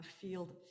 field